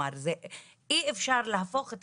אי אפשר להפוך את